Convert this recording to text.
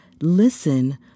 listen